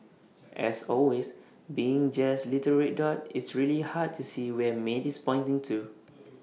as always being just the little red dot it's really hard to see where maid is pointing to